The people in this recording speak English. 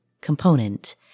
component